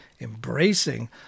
embracing